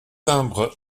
timbres